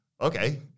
Okay